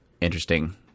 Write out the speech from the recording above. interesting